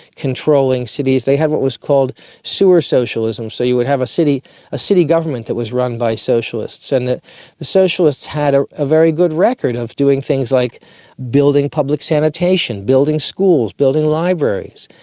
controlling cities. they had what was called sewer socialism, so you would have a city a city government that was run by socialists. and the socialists had ah a very good record of doing things like building public sanitation, building schools, building libraries,